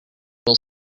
will